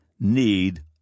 NEED